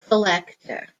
collector